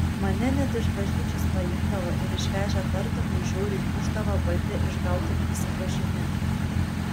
mane net iš bažnyčios paimdavo ir išvežę tardymui žiauriai mušdavo bandė išgauti prisipažinimą